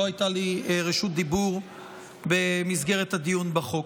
לא הייתה לי רשות דיבור במסגרת הדיון בחוק.